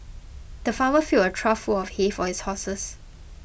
the farmer filled a trough full of hay for his horses